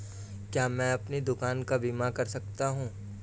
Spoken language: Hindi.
क्या मैं अपनी दुकान का बीमा कर सकता हूँ?